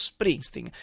Springsteen